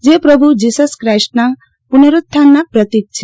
જે પ્રભુ જીસસ ક્રાઇસ્ટના પુનરુત્થાનનું પ્રતિક છે